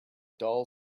dull